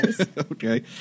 Okay